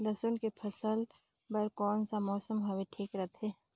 लसुन के फसल बार कोन सा मौसम हवे ठीक रथे?